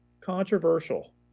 controversial